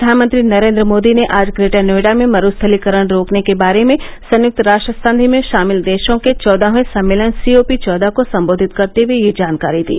प्रधानमंत्री नरेन्द्र मोदी ने आज ग्रेटर नोएडा में मरूस्थलीकरण रोकने के बारे में संयुक्त राष्ट्र संधि में शामिल देशों के चौदहवें सम्मेलन सी ओ पी चौदह को सम्बोधित करते हए यह जानकारी दी